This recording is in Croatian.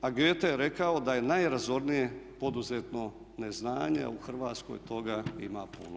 A Goethe je rekao da je najrazornije poduzetno neznanje a u Hrvatskoj toga ima puno.